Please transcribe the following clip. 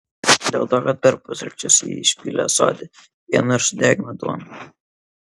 dėl to kad per pusryčius ji išpylė ąsotį pieno ir sudegino duoną